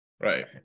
right